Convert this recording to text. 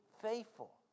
faithful